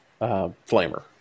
flamer